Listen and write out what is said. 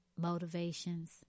motivations